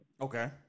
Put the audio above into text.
Okay